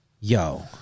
Yo